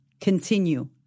continue